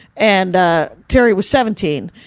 and ah, terry was seventeen.